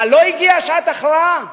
מה, לא הגיעה שעת הכרעה?